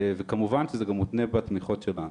וכמובן שזה גם מותנה בתמיכות שלנו.